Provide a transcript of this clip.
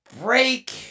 break